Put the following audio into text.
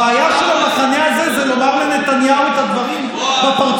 הבעיה של המחנה הזה זה לומר לנתניהו את הדברים בפרצוף,